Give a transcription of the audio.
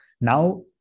now